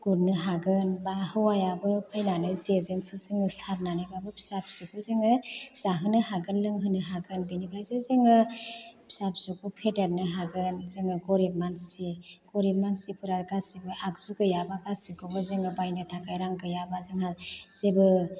गुरनो हागोन बा हौवायाबो फैनानै जेजोंसो जोङो सारनानैबाबो फिसा फिसौखौ जोङो जाहोनो हागोन लोंहोनो हागोन बेनिफ्रायसो जोङो फिसा फिसौखौ फेदेरनो हागोन जोङो गरिब मानसि गरिब मानसिफ्रा गासिबो आगजु गैयाबा गासिबखौबो जोङो बायनो थाखाय रां गैयाबा जोंहा जेबो